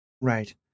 Right